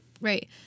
Right